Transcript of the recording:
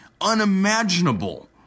unimaginable